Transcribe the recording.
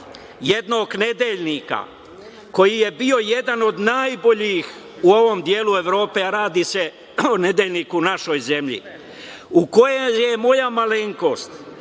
jednog nedeljnika koji je bio jedan od najboljih u ovom delu Evrope, a radi se o nedeljniku u našoj zemlji, u kojem je moja malenkost